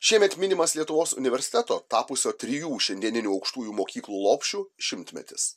šiemet minimas lietuvos universiteto tapusio trijų šiandieninių aukštųjų mokyklų lopšiu šimtmetis